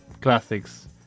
classics